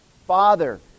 Father